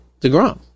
DeGrom